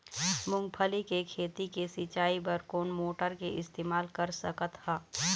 मूंगफली के खेती के सिचाई बर कोन मोटर के इस्तेमाल कर सकत ह?